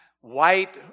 white